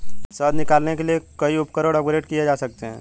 शहद निकालने के लिए कई उपकरण अपग्रेड किए जा सकते हैं